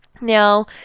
Now